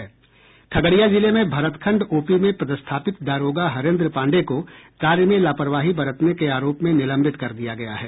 खगड़िया जिले में भरतखंड ओपी में पदस्थापित दारोगा हरेन्द्र पांडेय को कार्य में लापरवाही बरतने के आरोप में निलंबित कर दिया गया है